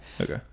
Okay